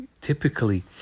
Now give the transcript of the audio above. typically